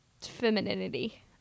femininity